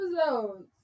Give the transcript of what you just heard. episodes